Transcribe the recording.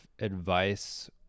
advice